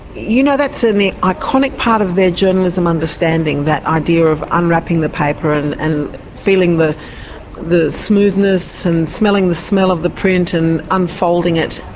you know, that's an iconic part of their journalism understanding, that idea of unwrapping the paper and and feeling the the smoothness and smelling the smell of the print and unfolding it.